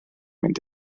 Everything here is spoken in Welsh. mynd